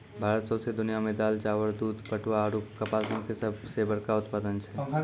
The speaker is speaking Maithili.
भारत सौंसे दुनिया मे दाल, चाउर, दूध, पटवा आरु कपासो के सभ से बड़का उत्पादक छै